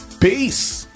peace